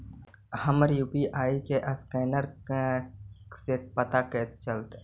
हमर यु.पी.आई के असकैनर कने से पता चलतै?